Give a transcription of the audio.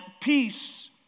peace